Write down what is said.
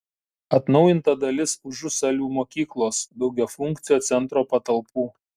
atnaujinta dalis užusalių mokyklos daugiafunkcio centro patalpų